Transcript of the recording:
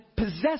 possess